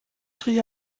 schrie